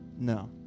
No